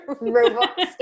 Robot